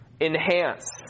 enhance